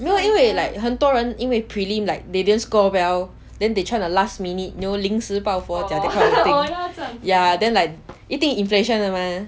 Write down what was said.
no 因为 like 很多人因为 prelim like they didn't score well then they try to last minute you know 临时抱佛脚 that kind of thing ya then like 一定 inflation 的 mah